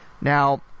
Now